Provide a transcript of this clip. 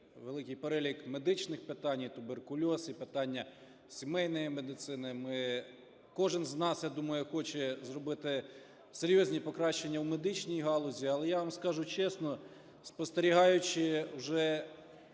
великий перелік медичних питань: і туберкульоз, і питання сімейної медицини. Ми, кожен з нас, я думаю, хоче зробити серйозні покращення в медичній галузі. Але я вам скажу чесно, спостерігаючи, вже